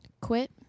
quit